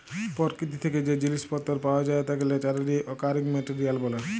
পরকিতি থ্যাকে যে জিলিস পত্তর পাওয়া যায় তাকে ন্যাচারালি অকারিং মেটেরিয়াল ব্যলে